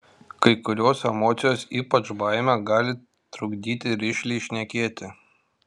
kai kurios emocijos ypač baimė gali trukdyti rišliai šnekėti